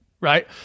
right